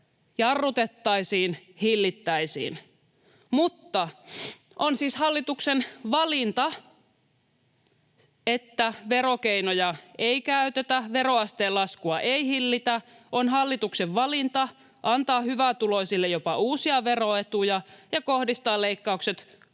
jarrutettaisiin ja hillittäisiin. Mutta on siis hallituksen valinta, että verokeinoja ei käytetä, veroasteen laskua ei hillitä. On hallituksen valinta antaa hyvätuloisille jopa uusia veroetuja ja kohdistaa leikkaukset